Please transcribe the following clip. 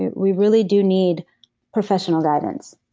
and we really do need professional guidance.